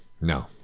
No